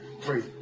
Three